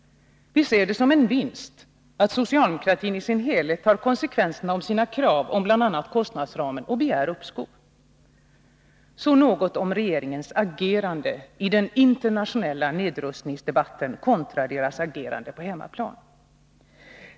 Vi ser det som en vinst att socialdemokratin i sin helhet tar konsekvenserna av sina krav på bl.a. kostnadsramen och begär uppskov. Så något om regeringens agerande i den internationella nedrustningsdebatten kontra dess agerande på hemmaplan.